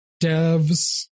devs